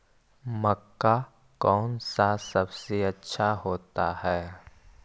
मक्का कौन सा सबसे अच्छा होता है?